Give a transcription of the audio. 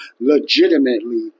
legitimately